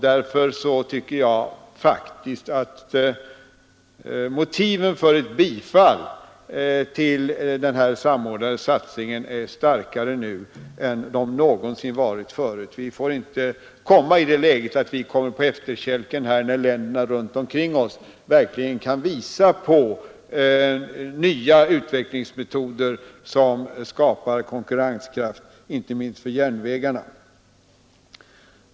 Därför tycker jag faktiskt att motiven för ett bifall till den samordnade satsningen nu är starkare än de någonsin varit förut. Vi får inte komma på efterkälken, när länderna runt omkring oss verkligen kan visa på nya utvecklingsmetoder, som skapar konkurrenskraft inte minst för järnvägarna.